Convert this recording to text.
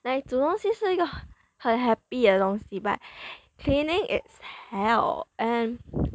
like 煮东西是一个很 happy 的东西 but cleaning is hell and